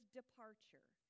departure